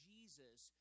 Jesus